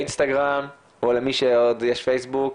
באינסטגרם, או למי שעוד יש פייסבוק.